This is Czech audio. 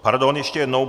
Pardon, ještě jednou.